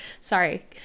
sorry